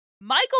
michael